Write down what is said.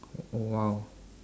oh !wow!